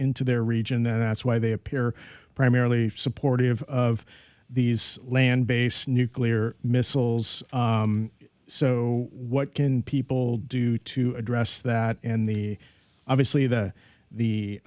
into their region that's why they appear primarily supportive of these land based nuclear missiles so what can people do to address that and the obviously the